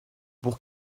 pour